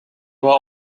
were